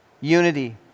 unity